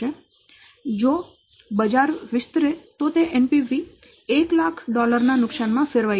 જો બજાર વિસ્તરે તો તે NPV 100000 ના નુકસાન માં ફેરવાઈ જશે